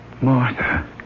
Martha